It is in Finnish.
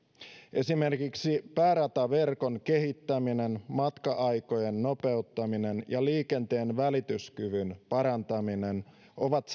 esimerkiksi päärataverkon kehittäminen matka aikojen nopeuttaminen ja liikenteen välityskyvyn parantaminen ovat